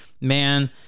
Man